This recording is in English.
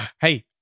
hey